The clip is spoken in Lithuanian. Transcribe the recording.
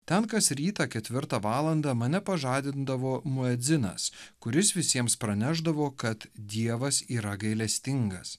ten kas rytą ketvirtą valandą mane pažadindavo muedzinas kuris visiems pranešdavo kad dievas yra gailestingas